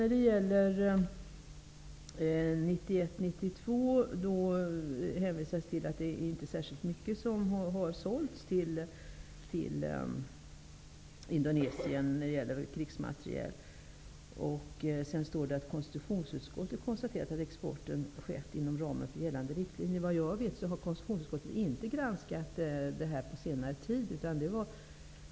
När det gäller tiden 1991--1992 hänvisas till att man inte har sålt särskilt mycket krigsmateriel till Indonesien. Det står i svaret att konstitutionsutskottet har konstaterat att exporten har skett inom ramen för gällande riktlinjer. Såvitt jag vet har konstitutionsutskottet inte granskat detta under senare tid.